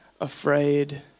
afraid